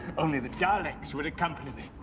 only the daleks would accompany me